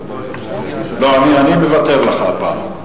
אני מוותר לך הפעם.